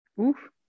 Oof